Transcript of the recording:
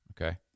Okay